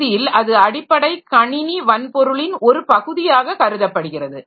இறுதியில் அது அடிப்படை கணினி வன்பொருளின் ஒரு பகுதியாக கருதப்படுகிறது